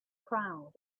crowd